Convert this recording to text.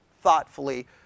thoughtfully